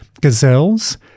Gazelles